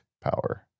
power